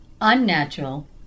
unnatural